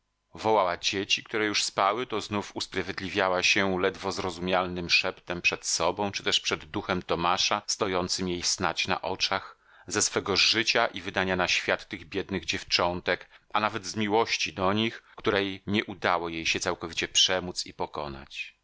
wołała dzieci które już spały to znów usprawiedliwiała się ledwo zrozumialnym szeptem przed sobą czy też przed duchem tomasza stojącym jej snadź na oczach ze swego życia i wydania na świat tych biednych dziewczątek a nawet z miłości do nich której nie udało jej się całkowicie przemóc i pokonać